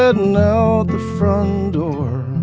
ah you know the front door.